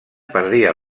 perdia